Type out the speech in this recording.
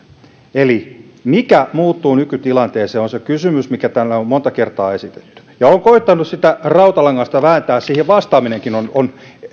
mikä muuttuu nykytilanteessa on se kysymys mikä täällä on monta kertaa esitetty ja olen koettanut sitä rautalangasta vääntää siihen vastaaminenkin on on